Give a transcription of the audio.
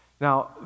Now